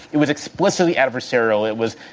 it was explicitly adversarial. it was,